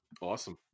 awesome